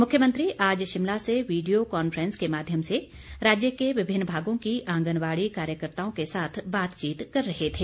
मुख्यमंत्री आज शिमला से वीडियो कॉनफ्रेंस के माध्यम से राज्य के विभिन्न भागों की आंगनबाड़ी कार्यकर्ताओं के साथ बातचीत कर रहे थे